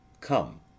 Come